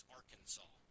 Arkansas